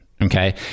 Okay